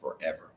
forever